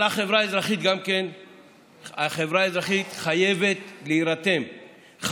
גם החברה האזרחית חייבת להירתם,